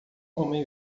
homem